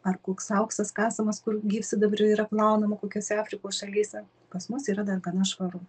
ar koks auksas kasamas kur gyvsidabrį yra plaunama kokiuose afrikos šalyse pas mus yra dar gana švaru